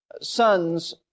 sons